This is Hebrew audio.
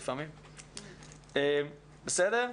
בסדר?